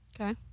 Okay